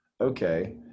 Okay